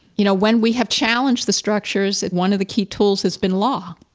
you know, when we have challenged the structures and one of the key tools has been law,